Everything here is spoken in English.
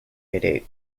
headache